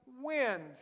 wind